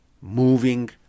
moving